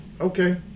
Okay